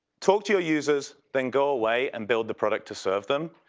talk to your users then go away and build the product to serve them.